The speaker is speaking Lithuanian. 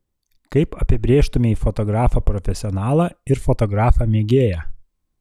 kaip apibrėžtumei fotografą profesionalą ir fotografą mėgėją